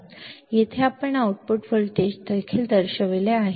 येथे आपण output voltage देखील दर्शविले आहे